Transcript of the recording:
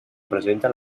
presenta